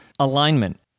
alignment